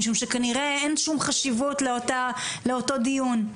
משום שכנראה אין שום חשיבות לאותו דיון.